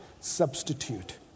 substitute